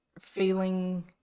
feeling